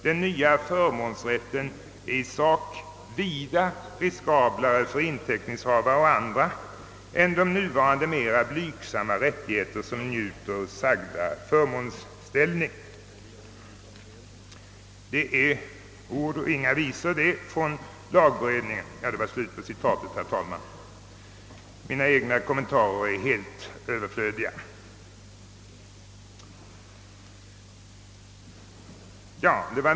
Den nya förmånsrätten är i sak vida riskablare för inteckningshavarna o. a. än de nuvarande mera blygsamma rättigheter som njuter sagda förmånsställning.» Det är ord och inga visor från lagberedningen. Kommentarer av mig är helt överflödiga.